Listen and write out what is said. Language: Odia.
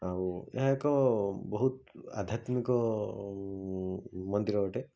ଆଉ ଏହା ଏକ ବହୁତ ଆଧ୍ୟାତ୍ମିକ ମନ୍ଦିର ଅଟେ